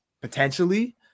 potentially